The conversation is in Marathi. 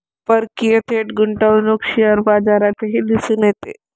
परकीय थेट गुंतवणूक शेअर बाजारातही दिसून येते